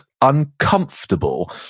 uncomfortable